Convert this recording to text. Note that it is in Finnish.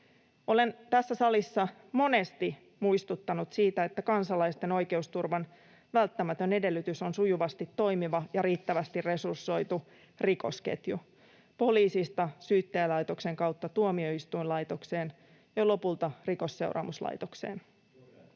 Olen tässä salissa monesti muistuttanut siitä, että kansalaisten oikeusturvan välttämätön edellytys on sujuvasti toimiva ja riittävästi resursoitu rikosketju poliisin ja Syyttäjälaitoksen kautta tuomioistuinlaitokseen ja lopulta Rikosseuraamuslaitokseen.